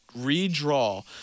redraw